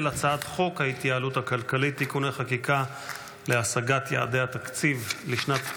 הצעת חוק ההתייעלות הכלכלית (תיקוני חקיקה להשגת יעדי התקציב לשנת 2025)